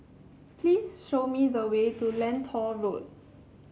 please show me the way to Lentor Road